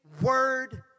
word